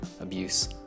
abuse